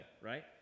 right